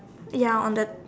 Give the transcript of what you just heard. ya on the